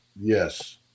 Yes